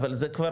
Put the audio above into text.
אבל זה כבר,